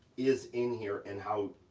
is in here, and how.